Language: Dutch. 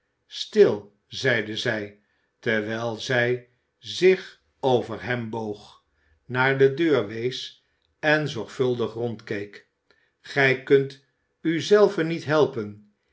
stil zeide zij terwijl zij zich over hem boog naar de deur wees en zorgvuldig rondkeek gij kunt u zelven niet helpen